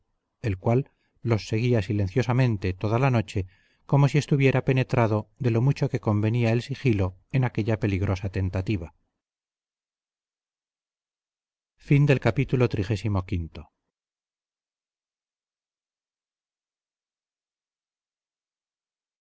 el cual los seguía silenciosamente toda la noche como si estuviera penetrado de lo mucho que convenía el sigilo en aquella peligrosa tentativa